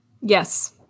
Yes